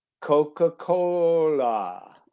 Coca-Cola